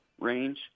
range